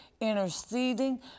interceding